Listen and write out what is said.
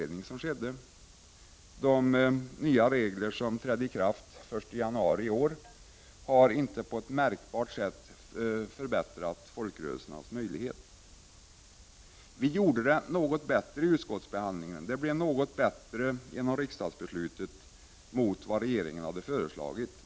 De nya regler som trädde i kraft den 1 januari i år har inte på ett märkbart sätt förbättrat folkrörelsernas möjligheter. Vi gjorde vid utskottsbehandlingen förslaget något bättre; resultatet blev något bättre vid riksdagsbeslutet än vad regeringen hade föreslagit.